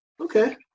Okay